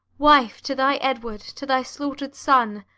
wife to thy edward, to thy slaughter'd son,